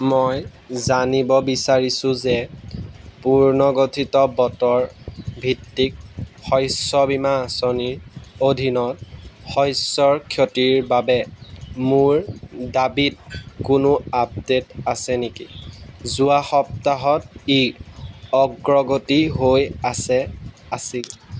মই জানিব বিচাৰিছো যে পুৰ্নগঠিত বতৰ ভিত্তিক শস্য বীমা আঁচনিৰ অধীনত শস্যৰ ক্ষতিৰ বাবে মোৰ দাবীত কোনো আপডে'ট আছে নেকি যোৱা সপ্তাহত ই অগ্ৰগতি হৈ আছে আছিল